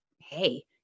hey